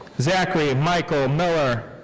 zachary michael miller.